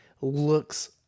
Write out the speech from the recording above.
looks